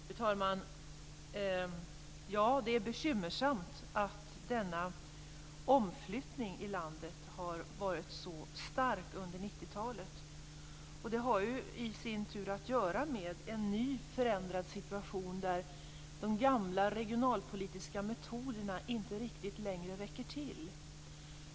Fru talman! Ja, det är bekymmersamt att denna omflyttning i landet har varit så stark under 90-talet, och det har ju i sin tur att göra med en ny förändrad situation där de gamla regionalpolitiska metoderna inte riktigt längre räcker till.